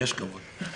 ויש כבוד.